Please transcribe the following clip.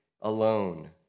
alone